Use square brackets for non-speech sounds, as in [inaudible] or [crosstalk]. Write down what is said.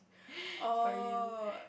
[breath] for you